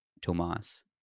Tomas